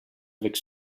avec